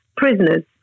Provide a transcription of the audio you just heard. prisoners